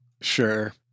Sure